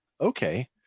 Okay